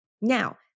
Now